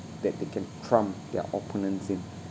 that they can trump their opponents in